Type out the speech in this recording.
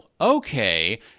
okay